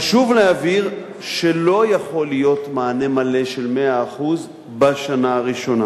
חשוב להבהיר שלא יכול להיות מענה מלא של 100% בשנה הראשונה,